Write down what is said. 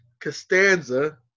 Costanza